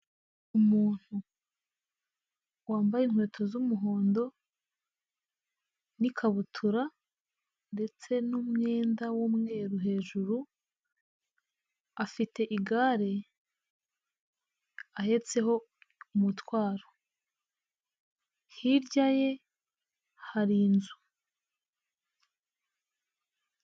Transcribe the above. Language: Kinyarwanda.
Umuntu wambaye inkweto z'umuhondo n'ikabutura ndetse n'umwenda w'umweru hejuru, afite igare ahetseho umutwaro. Hirya ye hari inzu.